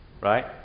right